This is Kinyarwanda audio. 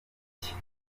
iki